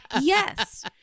yes